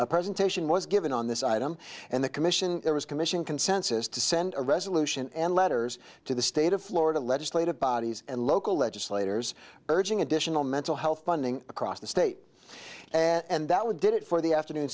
a presentation was given on this item and the commission there was commission consensus to send a resolution and letters to the state of florida legislative bodies and local legislators urging additional mental health funding across the state and that we did it for the afternoon